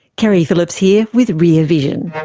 keri phillips here with rear vision.